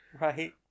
Right